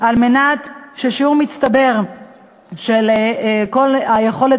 על מנת ששיעור מצטבר של כל היכולת,